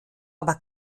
aber